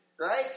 right